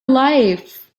life